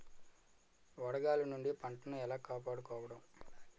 వడగాలి నుండి పంటను ఏలా కాపాడుకోవడం?